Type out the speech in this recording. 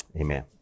amen